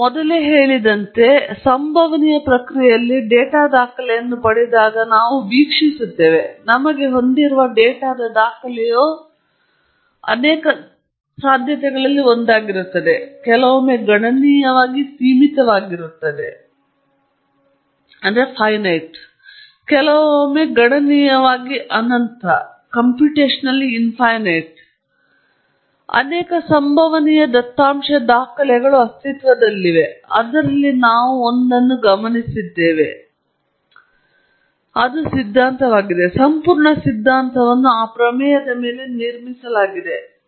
ನಾವು ಮೊದಲೇ ಹೇಳಿದಂತೆ ಸಂಭವನೀಯ ಪ್ರಕ್ರಿಯೆಯಲ್ಲಿ ನಾವು ಡೇಟಾ ದಾಖಲೆಯನ್ನು ಪಡೆದಾಗ ನಾವು ವೀಕ್ಷಿಸುತ್ತೇವೆ ನಮಗೆ ಹೊಂದಿರುವ ಡೇಟಾದ ದಾಖಲೆಯು ನಮಗೆ ತಿಳಿದಿದೆಅನೇಕ ಅನೇಕ ಸಾಧ್ಯತೆಗಳಲ್ಲಿ ಒಂದಾಗಿದೆ ಕೆಲವೊಮ್ಮೆ ಗಣನೀಯವಾಗಿ ಸೀಮಿತವಾಗಿರುತ್ತವೆ ಕೆಲವೊಮ್ಮೆ ಗಣನೀಯವಾಗಿ ಅನಂತ ಅಥವಾ ಅನಂತ ಅನೇಕ ಸಂಭವನೀಯ ದತ್ತಾಂಶ ದಾಖಲೆಗಳು ಅಸ್ತಿತ್ವದಲ್ಲಿವೆ ಅದರಲ್ಲಿ ನಾವು ಒಂದುದನ್ನು ಗಮನಿಸಿದ್ದೇವೆ ಅದು ಸಿದ್ಧಾಂತವಾಗಿದೆ ಸಂಪೂರ್ಣ ಸಿದ್ಧಾಂತವನ್ನು ಆ ಪ್ರಮೇಯದ ಮೇಲೆ ನಿರ್ಮಿಸಲಾಗಿದೆ